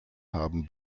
haben